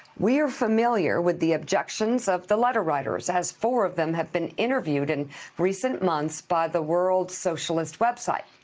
we are familiar with the objections of the letter writers as four of them have been interviewed in and recent months by the world socialist website.